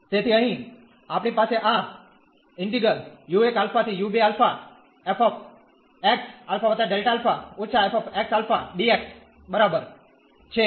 તેથી અહીં આપણી પાસે આ છે